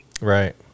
Right